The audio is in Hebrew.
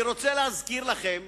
אני רוצה להזכיר לכם